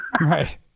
Right